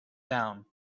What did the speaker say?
down